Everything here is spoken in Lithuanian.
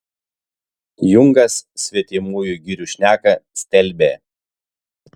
jungas svetimųjų girių šneką stelbė